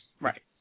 Right